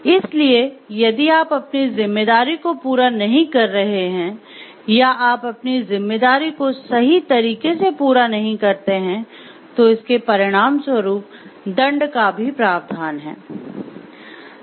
इसलिए यदि आप अपनी ज़िम्मेदारी को पूरा नहीं कर रहे हैं या आप अपनी ज़िम्मेदारी को सही तरीके से पूरा नहीं करते है तो इसके परिणामस्वरूप दंड का भी प्रावधान है